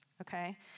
okay